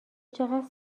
چقدر